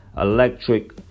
electric